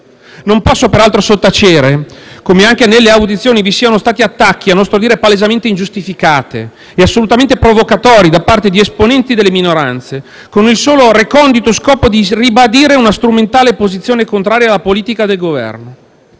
Non posso peraltro sottacere come anche nelle audizioni vi siano stati attacchi a nostro dire palesemente ingiustificati e assolutamente provocatori da parte di esponenti delle minoranze con il solo recondito scopo di ribadire una strumentale posizione contraria alla politica del Governo.